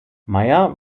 meyer